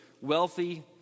wealthy